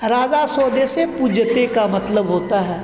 राजा स्वदेशे पूज्यते का मतलब होता है